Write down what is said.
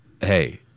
hey